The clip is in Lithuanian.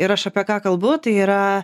ir aš apie ką kalbu tai yra